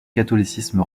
catholicisme